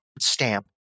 stamp